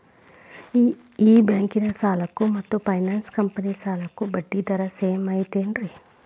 ಈ ಬ್ಯಾಂಕಿನ ಸಾಲಕ್ಕ ಮತ್ತ ಫೈನಾನ್ಸ್ ಕಂಪನಿ ಸಾಲಕ್ಕ ಬಡ್ಡಿ ದರ ಸೇಮ್ ಐತೇನ್ರೇ?